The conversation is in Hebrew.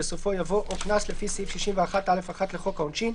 בסופו יבוא "או קנס לפי סעיף 61(א)(1) לחוק העונשין,